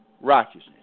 righteousness